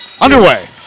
underway